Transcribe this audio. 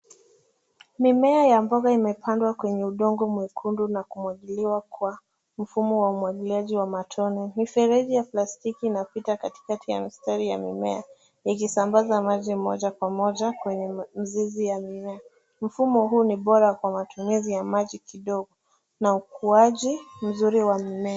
Mimea ya mboga imepandwa kwenye udongo mwekundu na kumwangiliwa kwa mfumo wa umwangiliaji wa matone. Mifereji ya plastiki inapita katikati ya mistari ya mimea ikisambaza maji moja kwa moja kwenye mizizi ya mimea. Mfumo huu ni bora kwa matumizi ya maji kidogo na ukuaji mzuri wa mimea.